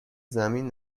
زمین